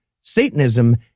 Satanism